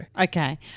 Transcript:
Okay